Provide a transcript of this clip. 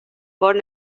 bon